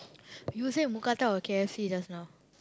you said mookata or K_F_C just now